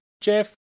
Jeff